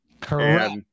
Correct